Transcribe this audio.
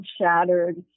shattered